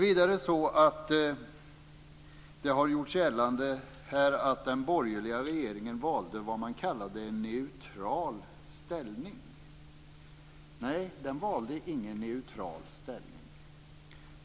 Vidare har det här gjorts gällande att den borgerliga regeringen valde vad man kallade "en neutral ställning". Nej, den valde ingen neutral ställning.